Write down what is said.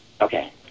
Okay